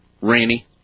rainy